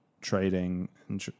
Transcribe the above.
trading